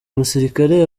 musirikare